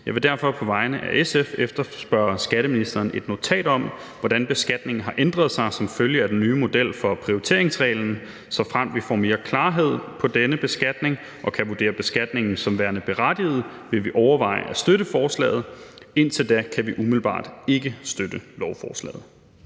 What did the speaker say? Jeg vil derfor på vegne af SF efterspørge hos skatteministeren et notat om, hvordan beskatningen har ændret sig som følge af den nye model for prioriteringsreglen. Såfremt vi får mere klarhed på denne beskatning og kan vurdere beskatningen som værende berettiget, vil vi overveje at støtte forslaget. Indtil da kan vi umiddelbart ikke støtte lovforslaget.